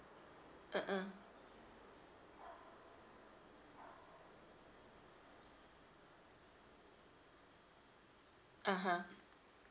uh uh (uh huh)